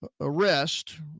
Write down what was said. arrest